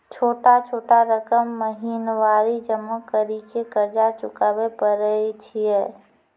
छोटा छोटा रकम महीनवारी जमा करि के कर्जा चुकाबै परए छियै?